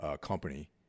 company